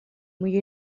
muy